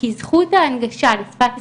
כי זכות ההנגשה לשפת הסימנים,